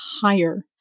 higher